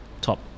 top